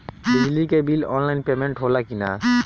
बिजली के bill online payment होला कि ना?